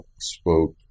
spoke